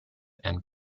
and